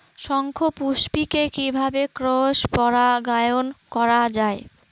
শঙ্খপুষ্পী কে কিভাবে ক্রস পরাগায়ন করা যায়?